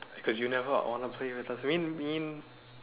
because you never